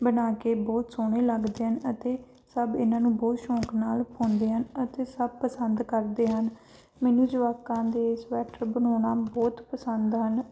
ਬਣਾ ਕੇ ਬਹੁਤ ਸੋਹਣੇ ਲੱਗਦੇ ਹਨ ਅਤੇ ਸਭ ਇਹਨਾਂ ਨੂੰ ਬਹੁਤ ਸ਼ੌਂਕ ਨਾਲ ਪਾਉਂਦੇ ਹਨ ਅਤੇ ਸਭ ਪਸੰਦ ਕਰਦੇ ਹਨ ਮੈਨੂੰ ਜਵਾਕਾਂ ਦੇ ਸਵੈਟਰ ਬਣਾਉਣਾ ਬਹੁਤ ਪਸੰਦ ਹਨ